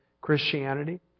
Christianity